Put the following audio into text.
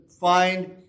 find